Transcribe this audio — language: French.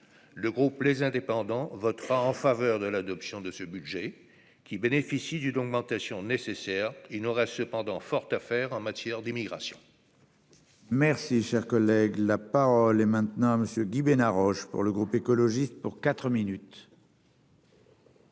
le groupe les indépendants votera en faveur de l'adoption de ce budget, qui bénéficie d'une augmentation nécessaire, il n'aura cependant fort à faire en matière d'immigration. Merci, cher collègue, la parole est maintenant à monsieur Guy Bénard Roche pour le groupe écologiste pour 4 minutes.